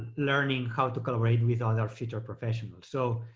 learning how to collaborate with other future professionals. so